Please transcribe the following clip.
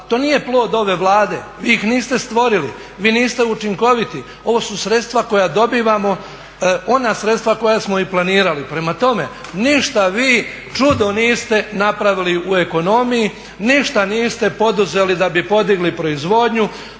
To nije plod ove Vlade, vi ih niste stvorili, vi niste učinkoviti. Ovo su sredstva koja dobivamo, ona sredstva koja smo i planirali. Prema tome, ništa vi čudo niste napravili u ekonomiji, ništa niste poduzeli da bi podigli proizvodnju.